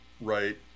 right